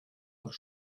por